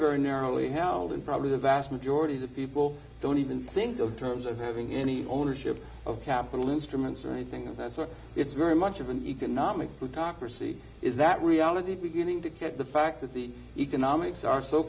very narrowly held and probably the vast majority of people don't even think of terms of having any ownership of capital instruments or anything of that sort it's very much of an economic good doctor see is that reality beginning to get the fact that the economics are so